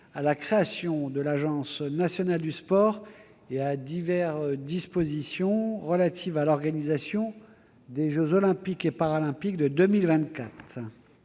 à la création de l'Agence nationale du sport et à diverses dispositions relatives à l'organisation des jeux Olympiques et Paralympiques de 2024